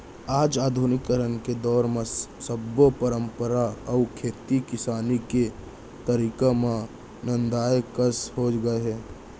आज आधुनिकीकरन के दौर म सब्बो परंपरा अउ खेती किसानी के तरीका मन नंदाए कस हो गए हे